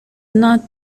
not